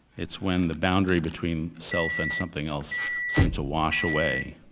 it's when the boundary between self and something else seem to wash away.